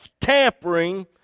Tampering